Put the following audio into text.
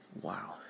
Wow